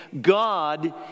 God